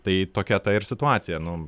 tai tokia ta ir situacija nu